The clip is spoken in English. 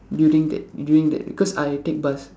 during that during that cause I take bus